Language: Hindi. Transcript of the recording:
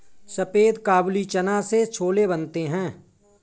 सफेद काबुली चना से छोले बनते हैं